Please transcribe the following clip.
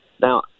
Now